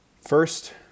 First